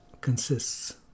consists